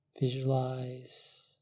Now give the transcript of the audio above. Visualize